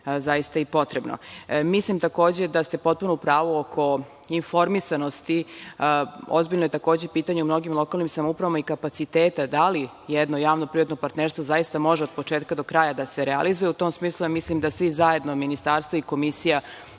zaista i potrebno. Mislim, takođe, da ste potpuno u pravu oko informisanosti. Ozbiljno je, takođe, pitanje u mnogim lokalnim samoupravama i kapaciteta, da li jedno javno privatno partnerstvo zaista može od početka do kraja da se realizuje. U tom smislu, ja mislim da svi zajedno, Ministarstvo i Komisija,